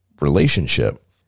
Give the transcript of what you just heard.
relationship